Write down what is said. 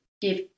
give